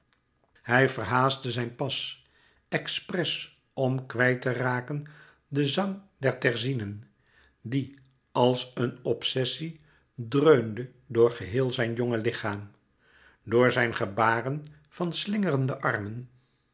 hij verhaastte zijn pas expres om kwijt te raken den zang der terzinen die als een obsessie dreunde door geheel zijn jonge lichaam door zijn gebaren van slingerende armen